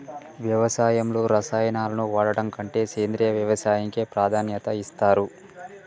వ్యవసాయంలో రసాయనాలను వాడడం కంటే సేంద్రియ వ్యవసాయానికే ప్రాధాన్యత ఇస్తరు